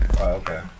okay